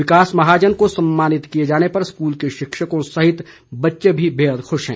विकास महाजन को सम्मानित किए जाने पर स्कूल के शिक्षकों सहित बच्चे भी बेहद खुश हैं